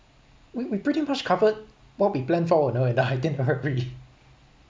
we we pretty much covered more we planned for you know in the itinerary